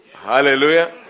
Hallelujah